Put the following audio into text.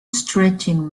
stretching